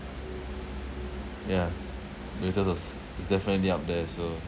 yeah Doritos was is definitely up there also